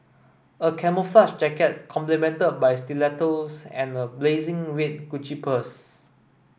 a camouflage jacket complemented by stilettos and a blazing red Gucci purse